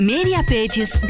Mediapages